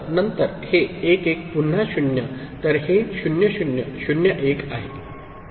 तर नंतर हे 1 1 पुन्हा 0 तर हे 0 0 0 1 आहे